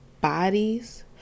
bodies